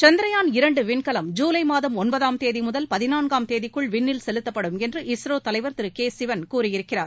சந்திரயான் இரண்டு விண்கலம் ஜூலை மாதம் ஒன்பதாம் தேதி முதல் பதினான்காம் தேதிக்குள் விண்ணில் செலுத்தப்படும் என்று இஸ்ரோ தலைவர் திரு கே சிவன் கூறியிருக்கிறார்